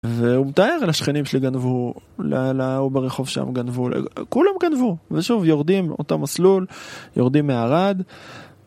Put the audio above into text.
והוא מתאר איך לשכנים שלי גנבו, ל... להוא ברחוב שם גנבו, לכולם גנבו ושוב יורדים אותו מסלול, יורדים מערד